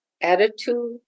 attitude